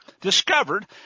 discovered